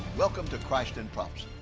welcome to christ in prophecy.